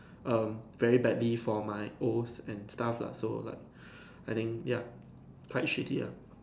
um very badly for my O's and stuff lah so like I think ya quite shitty ah